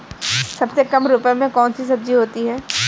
सबसे कम रुपये में कौन सी सब्जी होती है?